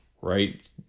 right